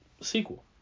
sequel